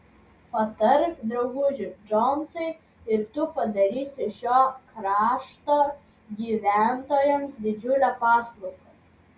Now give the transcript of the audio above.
patark drauguži džonsai ir tu padarysi šio krašto gyventojams didžiulę paslaugą